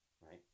right